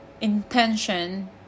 intention